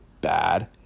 bad